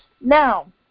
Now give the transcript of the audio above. Now